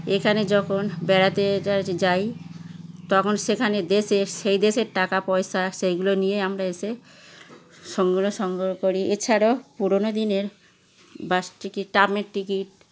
এখানে যখন বেড়াতে যাই তখন সেখানে দেশের সেই দেশের টাকা পয়সা সেইগুলো নিয়ে আমরা এসে সংগ্রহ সংগ্রহ করি এছাড়াও পুরনো দিনের বাস টিকিট ট্র্যামের টিকিট